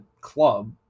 club